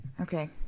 Okay